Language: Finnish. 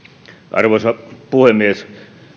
arvoisa puhemies